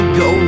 go